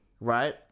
Right